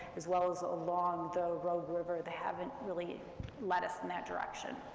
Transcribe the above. as well as along the rogue river, they haven't really led us in that direction.